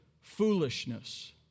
foolishness